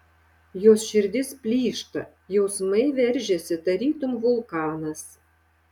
jos širdis plyšta jausmai veržiasi tarytum vulkanas